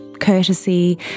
courtesy